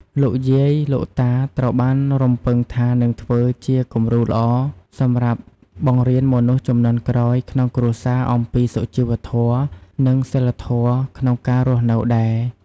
លោកយាយ លោកតាត្រូវបានរំពឹងថានឹងធ្វើជាគំរូល្អ សម្រាប់បង្រៀនមនុស្សជំនាន់ក្រោយក្នុងគ្រួសារអំពីសុជីវធម៌ និងសីលធម៌ក្នុងការរស់នៅដែរ។